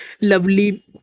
lovely